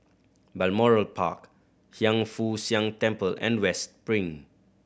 Balmoral Park Hiang Foo Siang Temple and West Spring